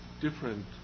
different